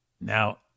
Now